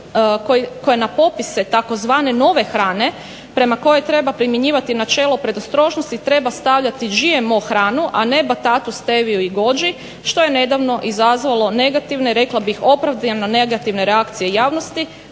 koje na popise tzv. nove hrane prema kojoj treba primjenjivati načelo predostrožnosti treba GMO hranu a ne batatas, steviju, i goji što je nedavno izazvalo negativne, rekla bih opravdano negativne reakcije javnosti